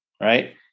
Right